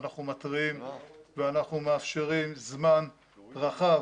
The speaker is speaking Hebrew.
אנחנו מתריעים ואנחנו מאפשרים זמן רחב,